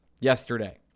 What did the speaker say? yesterday